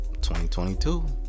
2022